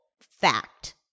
fact